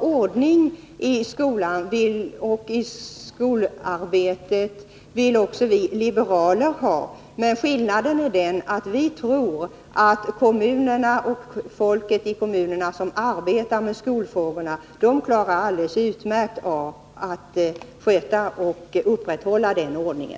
Ordning i skolarbetet vill också vi liberaler ha, men skillnaden är den att vi tror att kommunerna och det folk som där arbetar med skolfrågorna alldeles utmärkt klarar av att upprätthålla den ordningen.